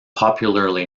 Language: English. popularly